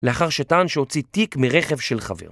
לאחר שטען שהוציא תיק מרכב של חבר